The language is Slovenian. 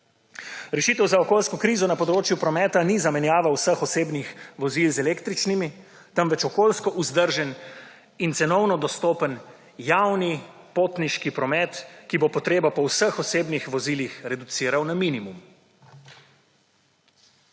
Rešitev za okoljsko krizo na področju prometa ni zamenjava vseh osebnih vozil z električnimi, temveč okoljsko vzdržen in cenovno dostopen javni potniški promet, ki bo potrebo po vseh osebnih vozilih reduciral na minimum.